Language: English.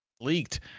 Leaked